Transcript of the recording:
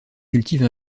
cultive